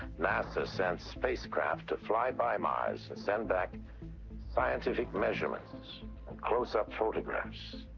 nasa sent spacecraft to fly by mars and send back scientific measurements and close-up photographs.